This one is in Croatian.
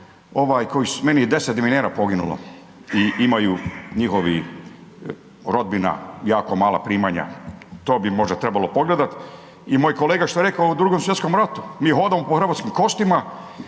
koji …/Govornik se ne razumije./… poginulo i imaju njihovi rodbina, jako malo primanja. To bi možda trebalo pogledati. I moj kolega što je rekao o 2.sv.ratu, mi hodamo po hrvatskim kostima,